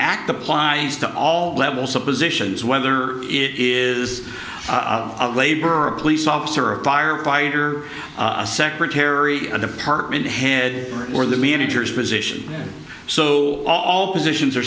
act applies to all levels of positions whether it is of labor or a police officer or a firefighter a secretary and apartment head or the manager's position so all positions are